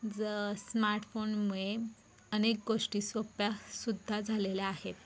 ज स्मार्टफोनमुळे अनेक गोष्टी सोप्यासुद्धा झालेल्या आहेत